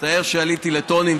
מצטער שעליתי לטונים,